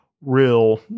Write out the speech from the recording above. real